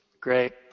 Great